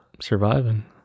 Surviving